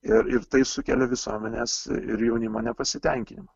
ir ir tai sukelia visuomenės ir jaunimo nepasitenkinimą